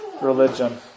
religion